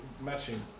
Matching